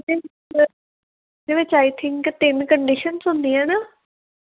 ਇਹਦੇ ਵਿੱਚ I think ਤਿੰਨ ਕੰਡੀਸ਼ਨਸ ਹੁੰਦੀਆਂ ਏ ਨਾ